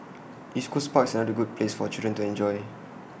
East Coast park is another good place for children to enjoy